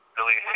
Billy